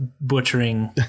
butchering